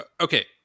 okay